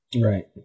right